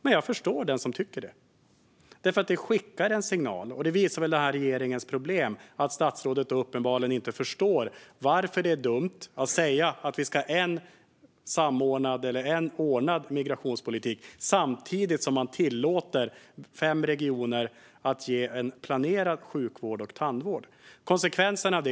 Men jag förstår den som tycker så, för det skickar en signal. Detta visar regeringens problem. Statsrådet förstår uppenbarligen inte varför det är dumt att säga att vi ska ha en samordnad eller ordnad migrationspolitik och samtidigt tillåta fem regioner att ge planerad sjukvård och tandvård. Detta får konsekvenser.